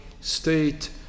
state